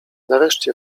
nareszcie